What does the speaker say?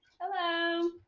hello